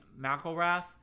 McElrath